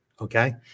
okay